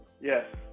Yes